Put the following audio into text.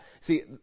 See